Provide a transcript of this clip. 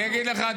אני אגיד לך,